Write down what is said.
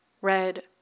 red